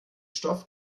stoff